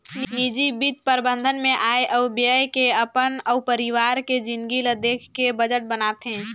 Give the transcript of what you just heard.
निजी बित्त परबंध मे आय अउ ब्यय के अपन अउ पावार के जिनगी ल देख के बजट बनाथे